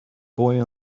boy